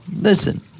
Listen